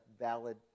valid